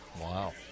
Wow